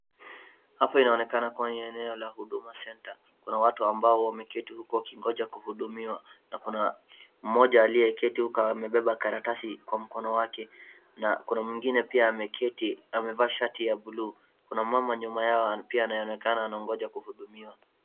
Hapa inaonekana kuwa ni eneo la Huduma Centre. Kuna watu ambao wameketi uku wakigonja kuhudumiwa na kuna mmoja aliyeketi uku amebeba karatasi kwa mkono wake na kuna mwingine pia ameketi na amevaa shati ya buluu. Kuna mama nyuma yao pia anaonekana anagoja kuhudumiwa.